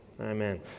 amen